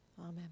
Amen